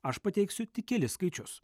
aš pateiksiu tik kelis skaičius